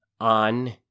on